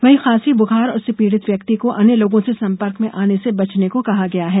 वहीं खांसी बुखार से पीड़ित व्यक्ति को अन्य लोगों से संपर्क में आने से बचने को कहा गया है